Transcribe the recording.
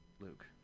Luke